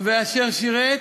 ואשר שירת